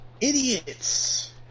Idiots